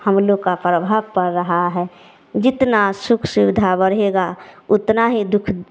हम लोग का प्रभाव पड़ रहा है जितना सुख सुविधा बढ़ेगा उतना ही दुख